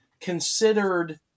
considered